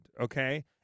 okay